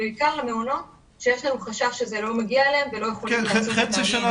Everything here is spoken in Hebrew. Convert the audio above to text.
בעיקר למעונות שיש להם חשש שזה לא מגיע אליהם ולא יכולים להתקין.